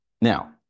now